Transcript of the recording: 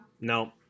No